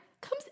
comes